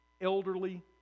elderly